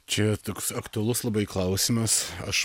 čia toks aktualus labai klausimas aš